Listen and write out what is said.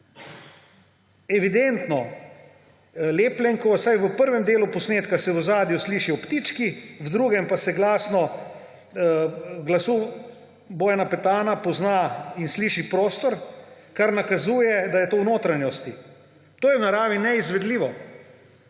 evidentno lepljenko, v prvem delu posnetka se v ozadju slišijo ptički, v drugem pa se glasu Bojana Petana pozna in sliši prostor, kar nakazuje, da je to v notranjosti, to je v naravi neizvedljivo.